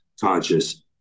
conscious